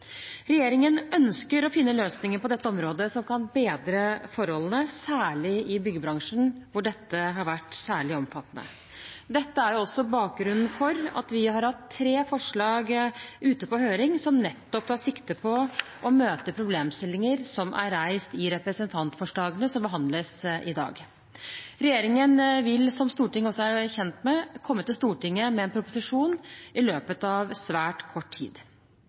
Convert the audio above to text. Regjeringen ønsker å finne løsninger på dette området som kan bedre forholdene, særlig i byggebransjen, hvor dette har vært særlig omfattende. Dette er også bakgrunnen for at vi har hatt tre forslag ute på høring som nettopp tar sikte på å møte problemstillinger som er reist i representantforslagene som behandles i dag. Regjeringen vil, som Stortinget også er kjent med, komme til Stortinget med en proposisjon i løpet av svært kort tid.